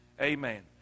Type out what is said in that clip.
Amen